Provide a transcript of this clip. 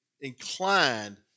inclined